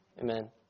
Amen